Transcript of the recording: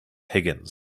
higgins